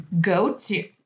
go-to